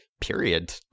period